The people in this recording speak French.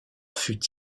fut